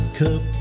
cup